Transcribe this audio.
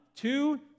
two